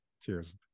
Cheers